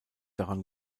daran